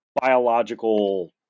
biological